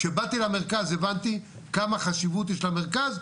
כשבאתי למרכז הבנתי כמה חשיבות יש למרכז,